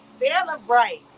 celebrate